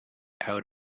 out